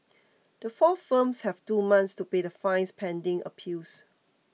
the four firms have two months to pay the fines pending appeals